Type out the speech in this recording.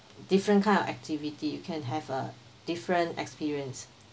different kind of activity you can have a different experience